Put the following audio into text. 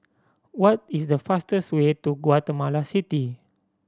what is the fastest way to Guatemala City